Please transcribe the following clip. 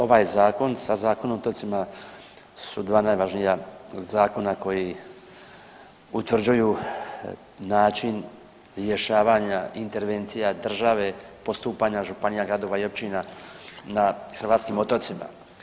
Ovaj zakon sa Zakonom o otocima su dva najvažnija zakona koji utvrđuju način rješavanja intervencija države, postupanja županija, gradova i općina na hrvatskim otocima.